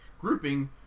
grouping